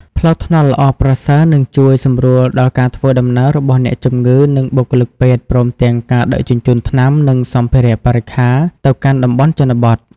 ផ្លូវថ្នល់ល្អប្រសើរ នឹងជួយសម្រួលដល់ការធ្វើដំណើររបស់អ្នកជំងឺ និងបុគ្គលិកពេទ្យ ព្រមទាំងការដឹកជញ្ជូនថ្នាំ និងសម្ភារៈបរិក្ខារទៅកាន់តំបន់ជនបទ។